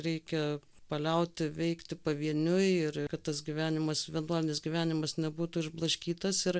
reikia paliauti veikti pavieniui ir kad tas gyvenimas vienuolinis gyvenimas nebūtų išblaškytas ir